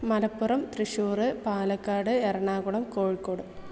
Malappuram Thrissur Palakkad Ernakulam Kozhikode